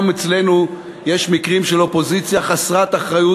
גם אצלנו יש מקרים של אופוזיציה חסרת אחריות